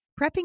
Prepping